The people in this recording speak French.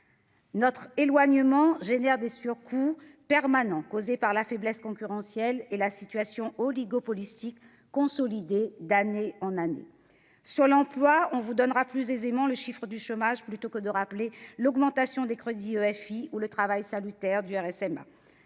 Notre éloignement engendre des surcoûts permanents causés par la faiblesse concurrentielle et une situation oligopolistique consolidée d'année en année. Concernant l'emploi, monsieur le ministre, on vous renverra aux chiffres du chômage plutôt que de rappeler l'augmentation des crédits du FEI ou le travail salutaire du